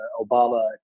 Obama